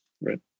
Right